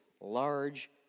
large